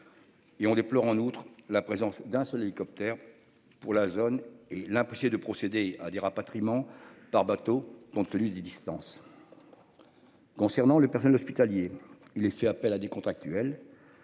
Et on déplore en outre la présence d'un seul hélicoptère. Pour la zone et l'de procéder à des rapatriements par bateau, compte tenu des distances. Concernant le personnel hospitalier, il est fait appel à des contractuels.